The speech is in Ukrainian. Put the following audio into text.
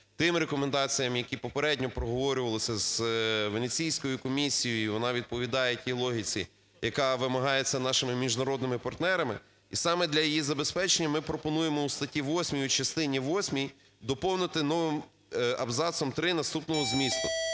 тим рекомендаціям, які попередньо проговорювалися з Венеційською комісією. І вона відповідає тій логіці, яка вимагається нашими міжнародними партнерами. І саме для її забезпечення ми пропонуємо у статті 8 частині восьмій доповнити новим абзацом три наступного змісту: